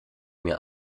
mir